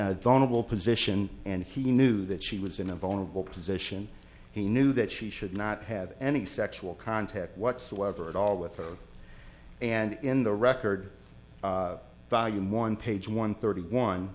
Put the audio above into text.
the vulnerable position and he knew that she was in a vulnerable position he knew that she should not have any sexual contact whatsoever at all with throat and in the record value in one page one thirty one